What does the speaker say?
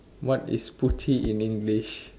what is பூச்சி:puuchsi in English